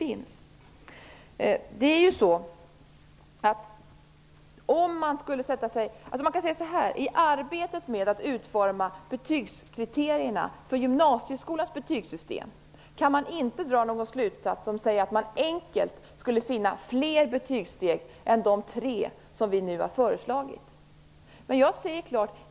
I arbetet med att utforma kriterierna för gymnasieskolans betygssystem kan man inte dra någon slutsats som säger att man enkelt skulle finna fler betygssteg än de tre som vi nu har föreslagit.